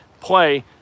play